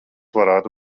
varētu